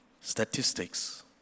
statistics